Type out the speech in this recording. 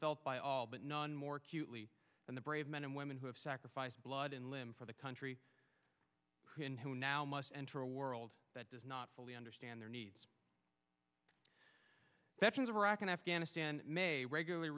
felt by all but none more acutely and the brave men and women who have sacrificed blood and limb for the country in who now must enter a war world that does not fully understand their needs veterans of iraq and afghanistan may regularly